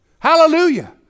Hallelujah